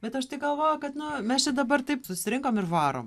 bet aš tai galvoju kad nu mes čia dabar taip surinkom ir varom